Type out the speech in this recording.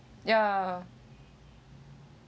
ya